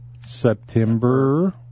September